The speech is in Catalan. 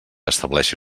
estableixi